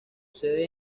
sede